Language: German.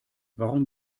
warum